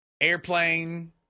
airplane